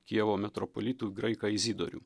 kijevo metropolitu graiką izidorių